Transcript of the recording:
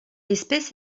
espèce